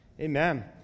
Amen